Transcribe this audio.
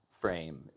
frame